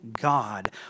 God